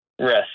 Rest